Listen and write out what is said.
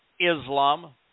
Islam